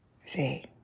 see